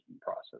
process